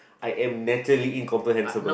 I am naturally incomprehensible